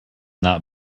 not